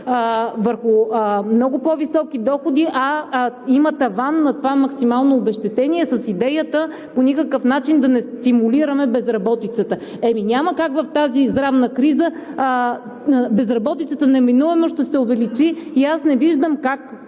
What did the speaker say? върху много по-високи доходи, а има таван на това максимално обезщетение, с идеята по никакъв начин да не стимулираме безработицата. Няма как – в тази здравна криза, безработицата неминуемо ще се увеличи и аз не виждам как